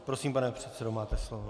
Prosím, pane předsedo, máte slovo.